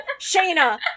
Shayna